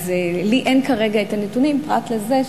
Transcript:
אין לי כרגע נתונים, פרט לזה.